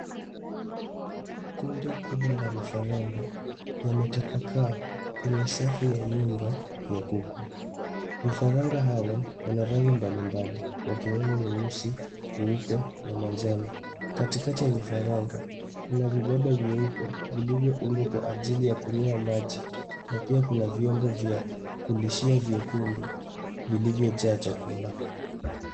Kundi kubwa la vifaranga yametapakaa kwenye safu ya nyumba ya kuku. Vifaranga hawa wana rangi mbalimbali wakiwemo weusi, weupe na manjano. Katikati ya vifaranga kuna vibaba vyeupe vilivyoundwa kwa ajili ya kunyea maji na pia kuna vyombo vya kulishia vyekundu vilivyojaa chakula.